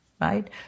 right